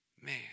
Man